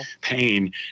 pain